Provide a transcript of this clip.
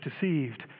deceived